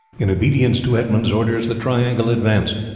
in obedience to edmund's orders the triangle advanced,